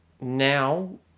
now